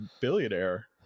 billionaire